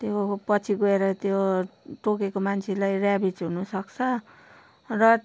त्यो पछि गएर त्यो टोकेको मान्छेलाई ऱ्याविज हुनुसक्छ र